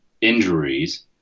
injuries